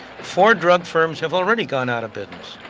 four drug firms have already gone out of business,